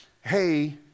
hey